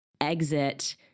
exit